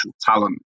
talent